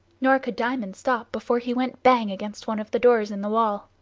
nor could diamond stop before he went bang against one of the doors in the wall.